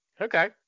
Okay